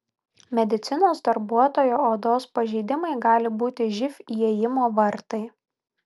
medicinos darbuotojo odos pažeidimai gali būti živ įėjimo vartai